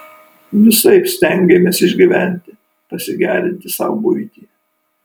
visaip stengėmės išgyventi pasigerinti sau buitį